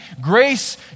grace